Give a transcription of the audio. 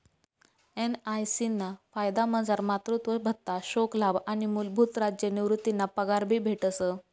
NIC ना फायदामझार मातृत्व भत्ता, शोकलाभ आणि मूलभूत राज्य निवृतीना पगार भी भेटस